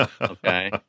Okay